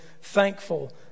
thankful